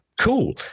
cool